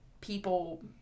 people